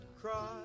cry